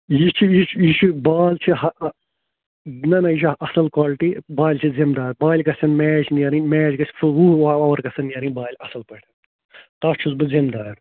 یہِ چھُ یہِ چھُ یہِ چھُ بال چھِ ہَہ اَ نَہ نَہ یہِ چھےٚ اَصٕل کالٹی بالہِ چھِ زِمدار بالہِ گژھَن میچ نیرٕنۍ میچ گژھِ وُہ وُہ اَوَر گژھَن نیرٕنۍ بالہِ اَصٕل پٲٹھۍ تَتھ چھُس بہٕ زِمدار